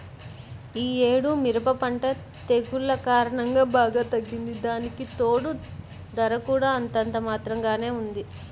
యీ యేడు మిరప పంట తెగుల్ల కారణంగా బాగా తగ్గింది, దానికితోడూ ధర కూడా అంతంత మాత్రంగానే ఉంది